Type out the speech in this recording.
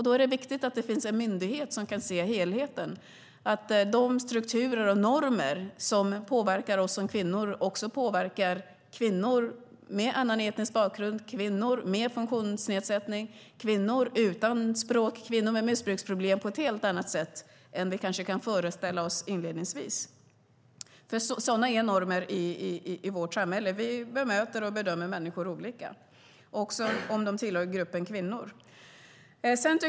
Då är det viktigt att det finns en myndighet som kan se helheten, att de strukturer och normer som påverkar oss som kvinnor också påverkar kvinnor med annan etnisk bakgrund, kvinnor med funktionsnedsättning, kvinnor utan språk och kvinnor med missbruksproblem på ett helt annat sätt än vi kanske kan föreställa oss inledningsvis. För sådana är normerna i vårt samhälle. Vi bemöter och bedömer människor olika, också om de tillhör gruppen kvinnor.